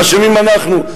אשמים אנחנו.